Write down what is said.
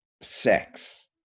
sex